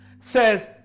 says